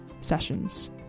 sessions